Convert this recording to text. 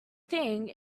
thing